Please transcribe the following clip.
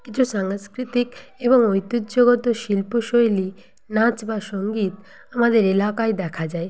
কিছু সাংস্কৃতিক এবং ঐতিহ্যগত শিল্পশৈলী নাচ বা সংগীত আমাদের এলাকায় দেখা যায়